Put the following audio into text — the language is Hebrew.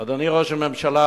אדוני ראש הממשלה,